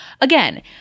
again